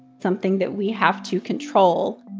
something that we have to control